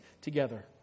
together